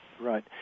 Right